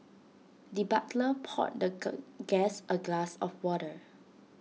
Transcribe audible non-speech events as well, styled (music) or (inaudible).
the butler poured the (unintelligible) guest A glass of water